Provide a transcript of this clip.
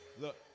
Look